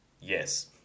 Yes